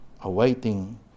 awaiting